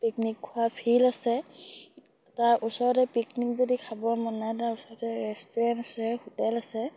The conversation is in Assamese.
পিকনিক খোৱা ফিল আছে তাৰ ওচৰতে পিকনিক যদি খাব মন নাই তাৰ ওচৰতে ৰেষ্টুৰেণ্ট আছে হোটেল আছে